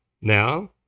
now